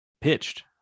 pitched